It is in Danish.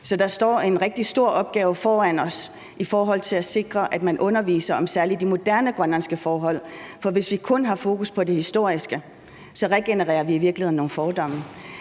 Så der står en rigtig stor opgave foran os i forhold til at sikre, at man underviser i særlig de moderne grønlandske forhold, for hvis vi kun har fokus på det historiske, regenerer vi i virkeligheden nogle fordomme.